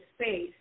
space